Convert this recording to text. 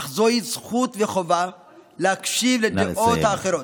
אך זוהי זכות וחובה להקשיב לדעות האחרות.